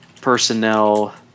personnel